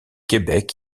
québec